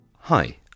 Hi